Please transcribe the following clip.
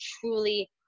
truly